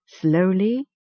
slowly